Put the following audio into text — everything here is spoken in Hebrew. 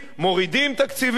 מורידים תקציבים.